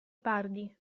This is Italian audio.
pardi